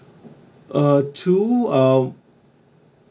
uh two uh